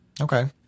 Okay